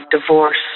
divorce